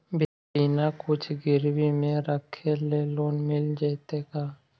बिना कुछ गिरवी मे रखले लोन मिल जैतै का?